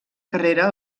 carrera